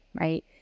right